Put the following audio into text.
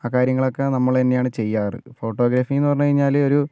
ആ കാര്യങ്ങൾ ഒക്കെ നമ്മൾ തന്നെയാണ് ചെയ്യാറ് ഫോട്ടോഗ്രാഫി എന്ന് പറഞ്ഞു കഴിഞ്ഞാൽ ഒരു